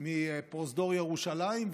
מפרוזדור ירושלים.